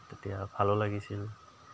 তেতিয়া ভালো লাগিছিল